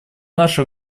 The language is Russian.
наша